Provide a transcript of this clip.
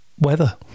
weather